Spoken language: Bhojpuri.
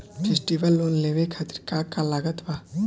फेस्टिवल लोन लेवे खातिर का का लागत बा?